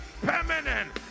permanent